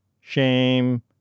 shame